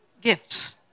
gifts